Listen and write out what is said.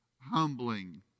humbling